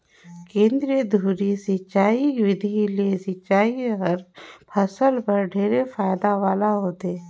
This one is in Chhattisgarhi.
केंद्रीय धुरी सिंचई बिधि ले सिंचई हर फसल बर ढेरे फायदा वाला होथे